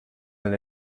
than